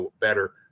better